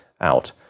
out